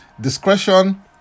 discretion